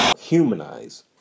Humanize